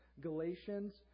Galatians